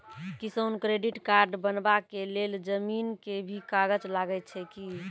किसान credit card बनबा के लेल जमीन के भी कागज लागै छै कि?